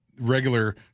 regular